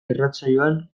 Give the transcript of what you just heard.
irratsaioan